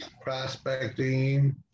prospecting